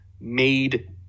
made